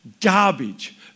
garbage